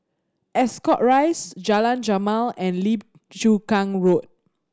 Ascot Rise Jalan Jamal and Lim Chu Kang Road